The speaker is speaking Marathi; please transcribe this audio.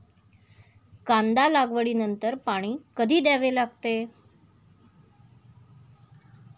कांदा लागवडी नंतर पाणी कधी द्यावे लागते?